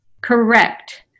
correct